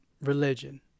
religion